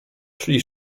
szli